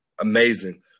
amazing